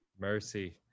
mercy